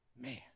Man